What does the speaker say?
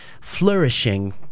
flourishing